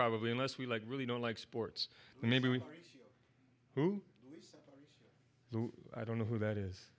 probably unless we like really don't like sports maybe who i don't know who that is